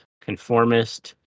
Conformist